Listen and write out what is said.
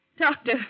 Doctor